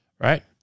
right